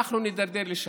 אנחנו נידרדר לשם,